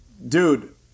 Dude